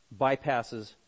bypasses